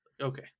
okay